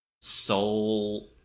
soul